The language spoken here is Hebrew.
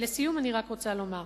לסיום אני רוצה לומר,